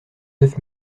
neuf